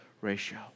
ratio